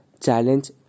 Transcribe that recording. challenge